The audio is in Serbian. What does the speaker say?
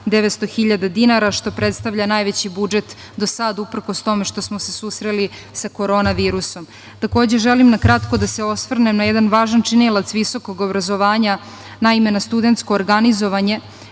900.000 dinara, što predstavlja najveći budžet do sada, uprkos tome što smo se susreli sa korona virusom. Takođe, želim na kratko da se osvrnem na jedan važan činilac visokog obrazovanja, naime, na studentsko organizovanje